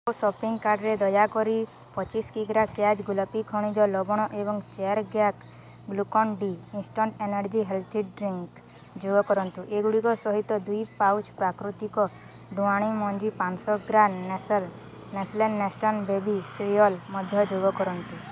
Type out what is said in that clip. ମୋ ସପିଂ କାର୍ଟ୍ରେ ଦୟାକରି ପଚିଶି କିଗ୍ରା କ୍ୟାଚ୍ ଗୋଲାପୀ ଖଣିଜ ଲବଣ ଏବଂ Glucon D instant energy healthy drink ଯୋଗ କରନ୍ତୁ ଏଗୁଡ଼ିକ ସହିତ ଦୁଇ ପାଉଚ୍ ପ୍ରାକୃତିକ ଡୁଆଣି ମଞ୍ଜି ପାଞ୍ଚ ଶହ gram Nestle Nestle Nestum baby cereal ମଧ୍ୟ ଯୋଗ କରନ୍ତୁ